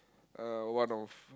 uh one of